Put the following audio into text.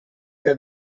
that